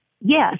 Yes